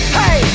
hey